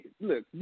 look